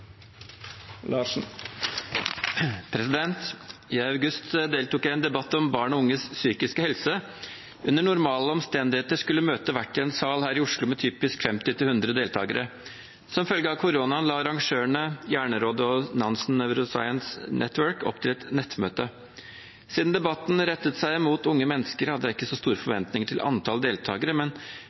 I august deltok jeg i en debatt om barn og unges psykiske helse. Under normale omstendigheter skulle møtet vært i en sal her i Oslo med typisk 50–100 deltakere. Som følge av koronaen la arrangørene, Hjernerådet og Nansen Neuroscience Network, opp til et nettmøte. Siden debatten rettet seg mot unge mennesker, hadde jeg ikke så store forventninger til antall deltakere, men